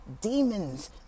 demons